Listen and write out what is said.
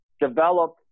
develop